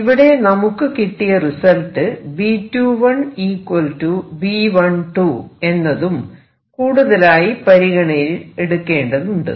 ഇവിടെ നമുക്ക് കിട്ടിയ റിസൾട്ട് B21 B12 എന്നതും കൂടുതലായി പരിഗണയിൽ എടുക്കേണ്ടതുണ്ട്